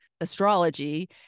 astrology